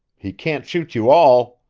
he can't shoot you all.